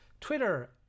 Twitter